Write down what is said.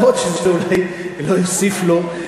גם אולי זה לא יוסיף לו,